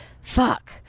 fuck